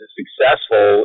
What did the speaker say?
successful